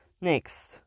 next